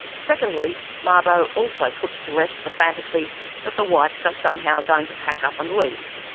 secondly, mabo also puts to rest the fantasy that the whites are somehow going to pack up and leave.